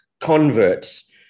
converts